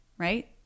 right